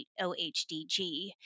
OHDG